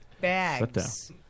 bags